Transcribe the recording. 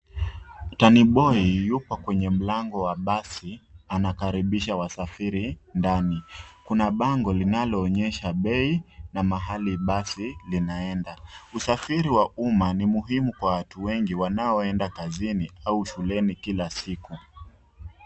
Tani boi Yuko kwenye mlango wa basi anakaribisha wasafiri ndani. Kuna bango linalo onyesha Bei na mahali basi linaenda. Usafiri WA uma ni muhimu kwa watu wengi wanaoenda jazini au shuleni Kila siku.